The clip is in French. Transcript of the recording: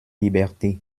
liberté